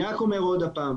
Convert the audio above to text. אני אומר עוד פעם,